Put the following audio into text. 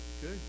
good